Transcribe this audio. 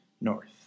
North